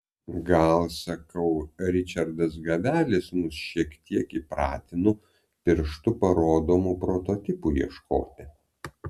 gal sakau ričardas gavelis mus šiek tiek įpratino pirštu parodomų prototipų ieškoti